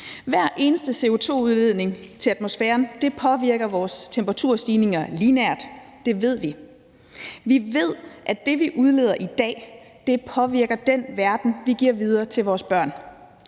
Hver eneste CO2-udledning til atmosfæren påvirker vores temperaturstigninger lineært. Det ved vi. Vi ved, at det, vi udleder i dag, påvirker den verden, vi giver videre til vores børn.